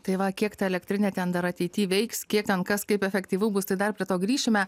tai va kiek ta elektrinė ten dar ateity veiks kiek ten kas kaip efektyvu bus tai dar prie to grįšime